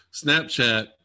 Snapchat